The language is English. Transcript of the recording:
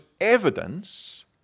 evidence